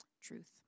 Truth